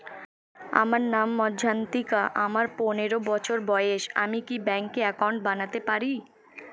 আমার নাম মজ্ঝন্তিকা, আমার পনেরো বছর বয়স, আমি কি ব্যঙ্কে একাউন্ট বানাতে পারি?